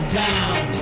down